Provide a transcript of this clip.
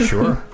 Sure